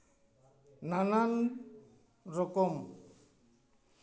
ᱱᱟᱱᱟᱱ ᱨᱚᱠᱚᱢ